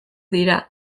dira